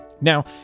Now